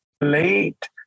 late